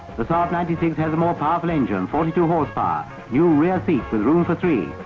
the saab ninety six has a more powerful engine forty two hp. ah new rear seats there's room for three.